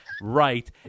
right